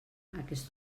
aquest